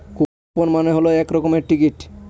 coupon মানে হল এক রকমের টিকিট